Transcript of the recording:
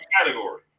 category